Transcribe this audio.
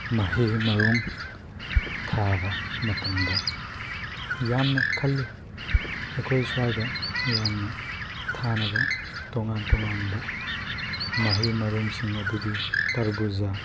ꯃꯍꯩ ꯃꯔꯣꯡ ꯊꯥꯕ ꯃꯇꯝꯗ ꯌꯥꯝꯅ ꯈꯜꯂꯤ ꯑꯩꯈꯣꯏ ꯁ꯭ꯋꯥꯏꯗ ꯌꯥꯝꯅ ꯊꯥꯅꯕ ꯇꯣꯉꯥꯟ ꯇꯣꯉꯥꯟꯕ ꯃꯍꯩ ꯃꯔꯣꯡꯁꯤꯡ ꯑꯗꯨꯗꯤ ꯇꯔꯕꯨꯖꯥ